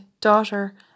daughter